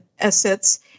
assets